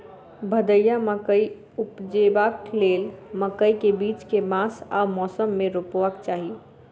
भदैया मकई उपजेबाक लेल मकई केँ बीज केँ मास आ मौसम मे रोपबाक चाहि?